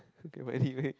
to get my